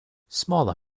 smaller